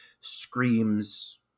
screams